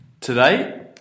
Today